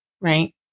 Right